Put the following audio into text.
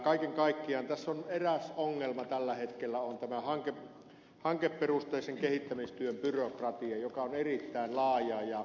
kaiken kaikkiaan tässä on eräs ongelma tällä hetkellä tämä hankeperusteisen kehittämistyön byrokratia joka on erittäin laajaa